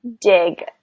dig